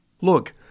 Look